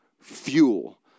fuel